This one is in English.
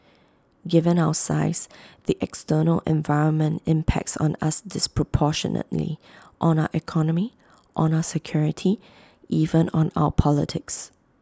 given our size the external environment impacts on us disproportionately on our economy on our security even on our politics